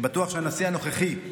אני בטוח שהנשיא הנוכחי,